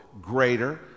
greater